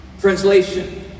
translation